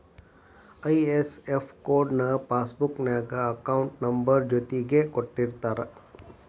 IFS code ನ passbook ನ್ಯಾಗ account number ಜೊತಿಗೆ ಕೊಟ್ಟಿರ್ತಾರ